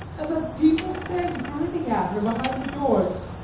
and the people stand grinning at her behind the doors.